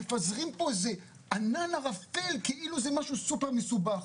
מפזרים פה איזה ענן ערפל כאילו זה משהו סופר מסובך.